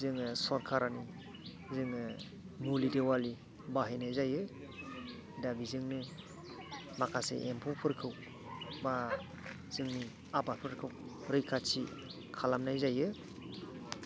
जोङो सरकारनि जोङो मुलि देवालि बाहायनाय जायो दा बेजोंनो माखासे एम्फौफोरखौ बा जोंनि आबादफोरखौ रैखाथि खालामनाय जायो